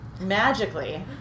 magically